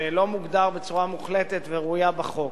שלא מוגדר בצורה מוחלטת וראויה בחוק.